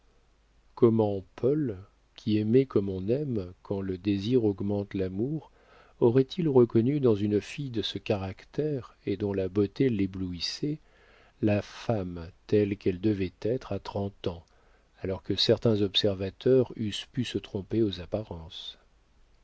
comment paul qui aimait comme on aime quand le désir augmente l'amour aurait-il reconnu dans une fille de ce caractère et dont la beauté l'éblouissait la femme telle qu'elle devait être à trente ans alors que certains observateurs eussent pu se tromper aux apparences